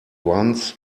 once